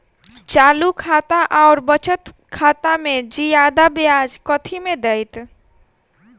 चालू खाता आओर बचत खातामे जियादा ब्याज कथी मे दैत?